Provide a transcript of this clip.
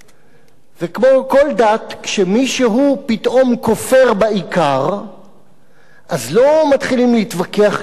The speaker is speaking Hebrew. כשמישהו פתאום כופר בעיקר אז לא מתחילים להתווכח אתו באופן מדעי על